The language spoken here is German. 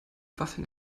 waffeln